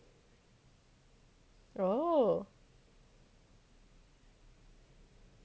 oh